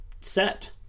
set